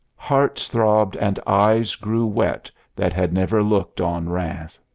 hearts throbbed and eyes grew wet that had never looked on rheims.